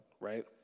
right